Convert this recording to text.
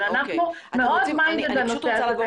אבל אנחנו מאוד מיינדד לנושא הזה.